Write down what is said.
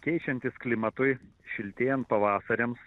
keičiantis klimatui šiltėjant pavasariams